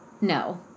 No